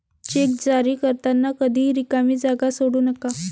check जारी करताना कधीही रिकामी जागा सोडू नका